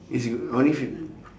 it's g~ only if